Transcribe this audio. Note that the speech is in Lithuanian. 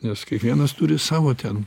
nes kiekvienas turi savo ten